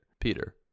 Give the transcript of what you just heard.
Peter